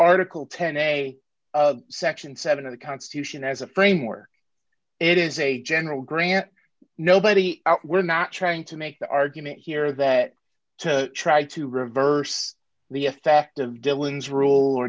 article ten a section seven of the constitution as a framework it is a general grant nobody we're not trying to make the argument here that to try to reverse the effect of